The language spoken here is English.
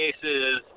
cases